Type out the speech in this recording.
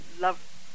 love